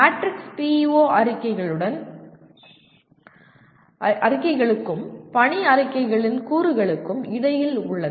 matrix PEO அறிக்கைகளுக்கும் பணி அறிக்கைகளின் கூறுகளுக்கும் இடையில் உள்ளது